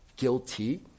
Guilty